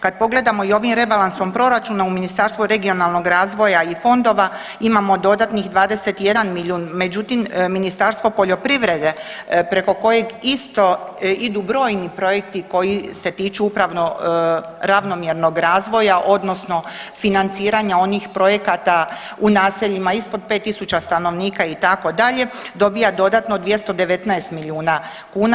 Kad pogledamo i ovim rebalansom proračuna, u Ministarstvu regionalnog razvoja i fondova imamo dodatnih 21 milijun, međutim, Ministarstvo poljoprivrede preko kojeg isto idu brojni projekti koji su se tiču upravno ravnomjernog razvoja odnosno financiranja onih projekata u naseljima ispod 5 tisuća stanovnika itd., dobiva dodatno 219 milijuna kuna.